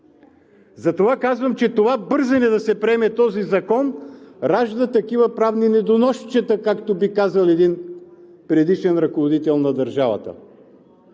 Затова казвам, че това бързане да се приеме този закон, ражда такива правни недоносчета, както би казал един предишен ръководител на държавата.